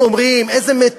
איזה דברים אומרים,